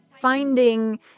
Finding